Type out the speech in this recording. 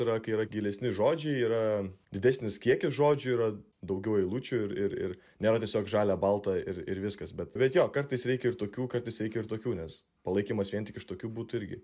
yra kai yra gilesni žodžiai yra didesnis kiekis žodžių yra daugiau eilučių ir ir ir nėra tiesiog žalia balta ir ir viskas bet jo kartais reikia ir tokių kartais reikia ir tokių nes palaikymas vien tik iš tokių būtų irgi